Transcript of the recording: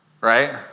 right